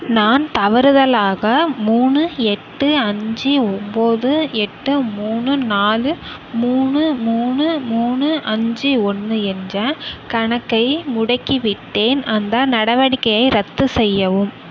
நான் தவறுதலாக மூணு எட்டு அஞ்சு ஒம்பது எட்டு மூணு நாலு மூணு மூணு மூணு அஞ்சு ஒன்று என்ற கணக்கை முடக்கிவிட்டேன் அந்த நடவடிக்கையை ரத்து செய்யவும்